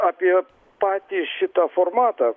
apie patį šitą formatą